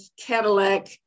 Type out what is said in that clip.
Cadillac